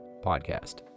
podcast